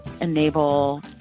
enable